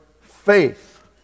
faith